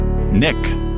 Nick